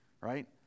right